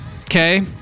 okay